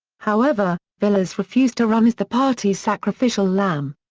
however, vilas refused to run as the party's sacrificial lamb.